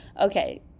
okay